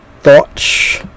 thoughts